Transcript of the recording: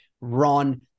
run